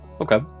Okay